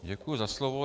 Děkuji za slovo.